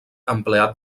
empleat